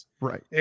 right